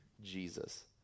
Jesus